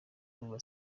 kuva